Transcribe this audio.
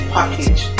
Package